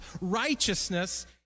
righteousness